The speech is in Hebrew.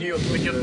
בדיוק.